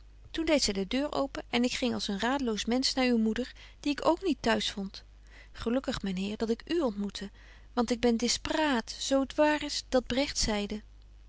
toen deedt zy de deur open en ik ging als een radeloos mensch naar uw moeder die ik ook niet t'huis vond gelukkig myn heer dat ik u ontmoette want ik ben dispraat zo het waar is dat bregt zeide